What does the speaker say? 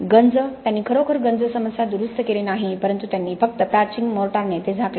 गंज त्यांनी खरोखर गंज समस्या दुरुस्त केली नाही परंतु त्यांनी फक्त पॅचिंग मोर्टारने ते झाकले